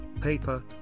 paper